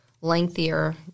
lengthier